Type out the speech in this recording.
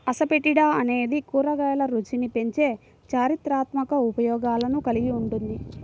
asafoetida అనేది కూరగాయల రుచిని పెంచే చారిత్రాత్మక ఉపయోగాలను కలిగి ఉంటుంది